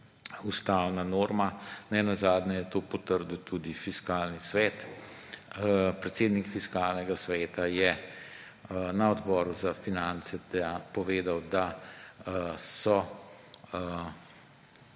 ustavna norma. Nenazadnje je to potrdil tudi Fiskalni svet. Predsednik Fiskalnega sveta je na Odboru za finance povedal, da ni